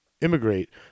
immigrate